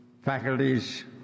faculties